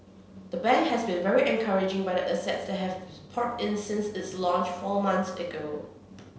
the bank has been very encouraging by the assets that have poured in since its launch four months ago